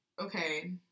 okay